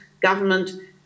government